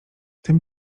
tym